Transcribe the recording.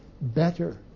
better